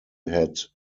had